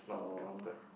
so